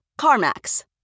CarMax